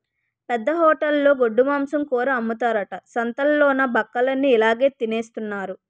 పెద్ద హోటలులో గొడ్డుమాంసం కూర అమ్ముతారట సంతాలలోన బక్కలన్ని ఇలాగె తినెత్తన్నారు